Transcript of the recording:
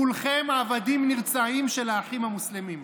כולכם עבדים נרצעים של האחים המוסלמים.